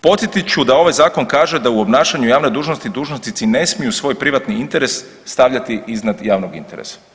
Podsjetit ću da ovaj Zakon kaže da u obnašanju javne dužnosti, dužnosnici ne smiju svoj privatni interes stavljati iznad javnog interesa.